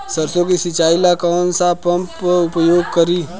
सरसो के सिंचाई ला कौन सा पंप उपयोग करी?